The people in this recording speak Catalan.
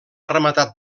rematat